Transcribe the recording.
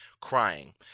crying